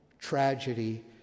tragedy